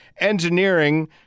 engineering